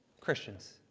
Christians